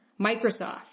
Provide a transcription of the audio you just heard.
Microsoft